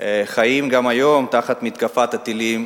שחיים גם היום תחת מתקפת הטילים